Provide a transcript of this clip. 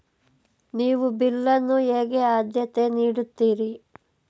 ನೀವು ಬಿಲ್ ಅನ್ನು ಹೇಗೆ ಆದ್ಯತೆ ನೀಡುತ್ತೀರಿ?